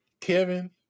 Kevin